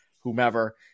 whomever